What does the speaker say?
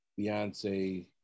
Beyonce